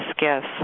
gifts